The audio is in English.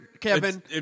Kevin